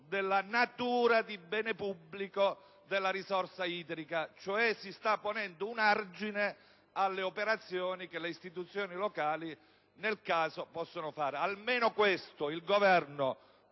della natura di bene pubblico della risorsa idrica; quindi, si sta ponendo un argine alle operazioni che le istituzioni locali nel caso possono effettuare. Vorrei capire se il Governo